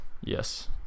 Yes